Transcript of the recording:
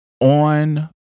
on